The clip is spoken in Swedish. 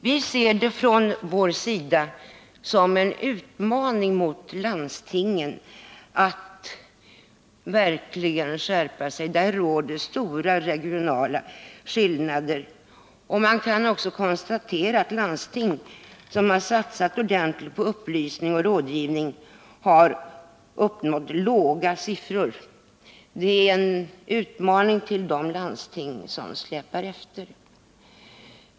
Vi ser det från vår sida som en utmaning till landstingen att verkligen skärpa sig, för nu råder stora regionala skillnader. Man kan också konstatera att landsting som har satsat ordentligt på upplysning och rådgivning har nått låga siffror. Det är alltså en utmaning till de landsting som släpar efter.